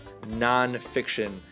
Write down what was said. nonfiction